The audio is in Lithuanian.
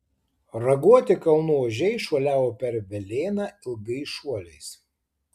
raguoti kalnų ožiai šuoliavo per velėną ilgais šuoliais